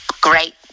great